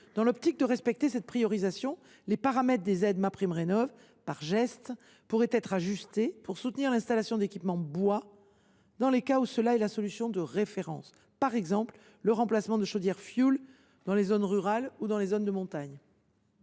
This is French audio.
Dans l’optique de respecter cette priorisation, les paramètres des aides MaPrimeRénov’ pourraient être ajustés, afin de soutenir l’installation d’équipements bois, dans les cas pour lesquels il s’agit de la solution de référence. Je pense ainsi au remplacement de chaudières au fioul dans les zones rurales ou les zones de montagne.